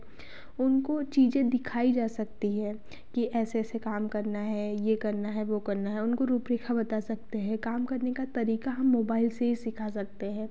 उनको चीज़ें दिखाई जा सकती हैं कि ऐसे ऐसे काम करना है यह करना है वह करना है उनको रूप रेखा बता सकते हैं काम करने का तरीका हम मोबाइल से ही सिखा सकते है